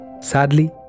Sadly